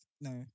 no